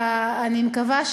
אני מקווה,